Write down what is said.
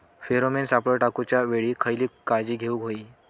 Pheromone सापळे टाकूच्या वेळी खयली काळजी घेवूक व्हयी?